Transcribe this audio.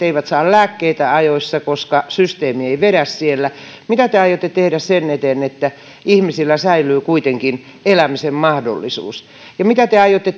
eivät saa lääkkeitä ajoissa koska systeemi ei vedä siellä mitä te aiotte tehdä sen eteen että ihmisillä säilyy kuitenkin elämisen mahdollisuus ja mitä te aiotte